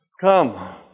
come